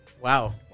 Wow